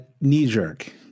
Knee-jerk